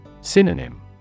Synonym